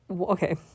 okay